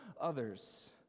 others